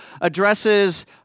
addresses